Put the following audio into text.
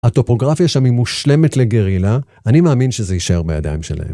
הטופוגרפיה שם היא מושלמת לגרילה, אני מאמין שזה יישאר בידיים שלהם.